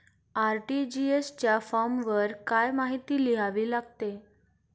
RTGS च्या फॉर्मवर काय काय माहिती लिहावी लागते?